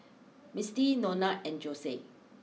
Mistie Nona and Jose